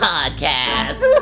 Podcast